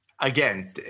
again